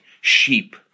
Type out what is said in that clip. sheep